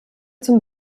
zum